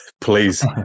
please